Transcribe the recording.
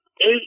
eight